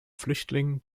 flüchtlingen